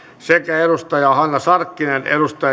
hanna sarkkinen on